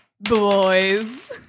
boys